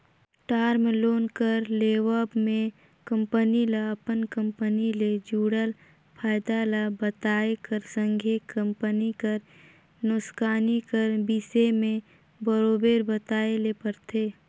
term loan कर लेवब में कंपनी ल अपन कंपनी ले जुड़ल फयदा ल बताए कर संघे कंपनी कर नोसकानी कर बिसे में बरोबेर बताए ले परथे